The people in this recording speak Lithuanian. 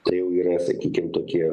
tai jau yra sakykim tokie